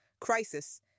crisis